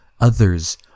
others